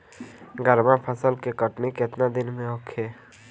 गर्मा फसल के कटनी केतना दिन में होखे?